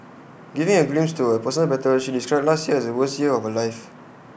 giving A glimpse to A personal battles she described last year as the worst year of her life